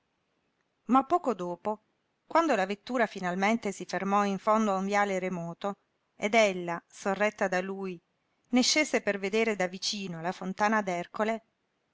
ma poco dopo quando la vettura finalmente si fermò in fondo a un viale remoto ed ella sorretta da lui ne scese per vedere da vicino la fontana